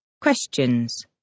Questions